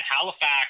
Halifax